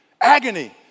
agony